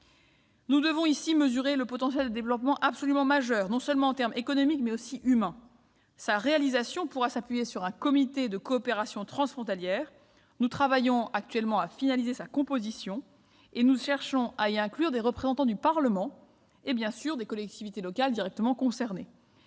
Nous devons ici mesurer le potentiel de développement absolument majeur en termes non seulement économiques, mais aussi humains. La mise en oeuvre de cette coopération pourra s'appuyer sur un comité de coopération transfrontalière. Nous travaillons actuellement à finaliser sa composition en cherchant à y inclure des représentants du Parlement et des collectivités locales directement concernées.